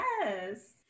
yes